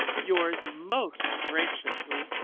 yours most graciously,